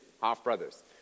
half-brothers